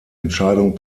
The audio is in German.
entscheidung